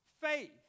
faith